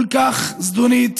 כל כך זדונית,